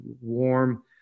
warm